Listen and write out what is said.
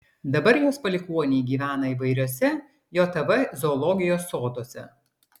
dabar jos palikuoniai gyvena įvairiuose jav zoologijos soduose